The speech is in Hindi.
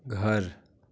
घर